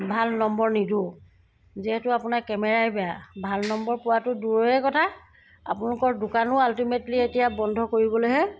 ভাল নম্বৰ নিদোঁ যিহেতু আপোনাৰ কেমেৰাই বেয়া ভাল নম্বৰ পোৱাটো দূৰৰে কথা আপোনালোকৰ দোকানো আল্টিমেটলি এতিয়া বন্ধ কৰিবলৈহে